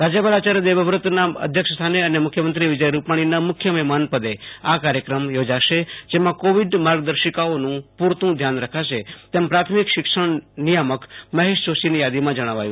રાજ્યપાલ આયાર્ય દેવવૃતના અધ્યક્ષસ્થાને અને મુખ્યમંત્રી વિજય રૂપાણીના મુખ્ય મહેમાનપદે આ કાર્યક્રમ યોજાશે જેમાં કોવિડ માર્ગદર્શિકાઓનું પૂરતું ધ્યાન રખાશે તેમ પ્રાથમિક શિક્ષણ નિયામક મહેશ જોશીની યાદીમાં જણાવાયું છે